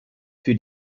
für